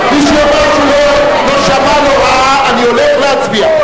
מי שיאמר שהוא לא שמע, לא ראה, אני הולך להצביע.